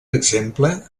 exemple